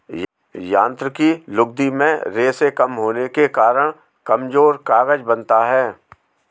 यांत्रिक लुगदी में रेशें कम होने के कारण कमजोर कागज बनता है